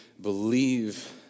believe